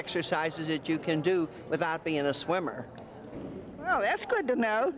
exercises that you can do without being a swimmer oh that's good to